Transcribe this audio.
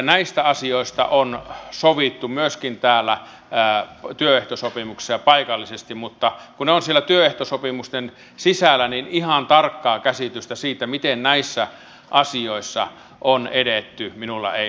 näistä asioista on sovittu myöskin työehtosopimuksissa ja paikallisesti mutta kun ne ovat siellä työehtosopimusten sisällä niin ihan tarkkaa käsitystä siitä miten näissä asioissa on edetty minulla ei ole